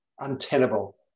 untenable